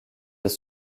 des